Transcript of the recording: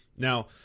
Now